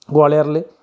ഗ്വാളിയാറിൽ